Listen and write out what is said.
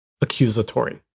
accusatory